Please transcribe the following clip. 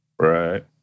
Right